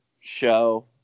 show